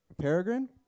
Peregrine